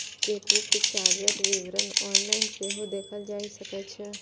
chequebook चार्जक विवरण online सेहो देखल जा सकै छै